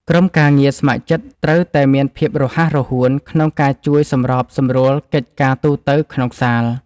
ក្រុមការងារស្ម័គ្រចិត្តត្រូវតែមានភាពរហ័សរហួនក្នុងការជួយសម្របសម្រួលកិច្ចការទូទៅក្នុងសាល។